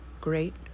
great